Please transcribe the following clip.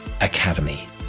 academy